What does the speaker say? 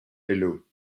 hello